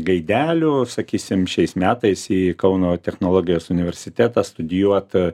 gaidelių sakysim šiais metais į kauno technologijos universitetą studijuot